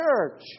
church